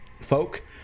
folk